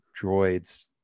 droids